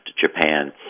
Japan